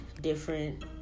different